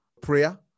prayer